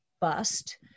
bust